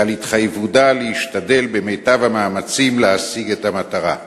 ועל התחייבותה להשתדל במיטב המאמצים להשיג את המטרה.